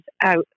out